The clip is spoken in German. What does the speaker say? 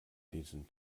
diesen